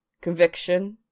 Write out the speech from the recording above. conviction